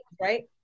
right